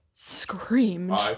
screamed